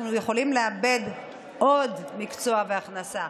אנחנו יכולים לאבד עוד מקצוע והכנסה.